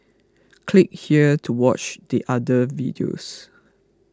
click here to watch the other videos